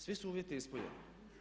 Svi su uvjeti ispunjeni.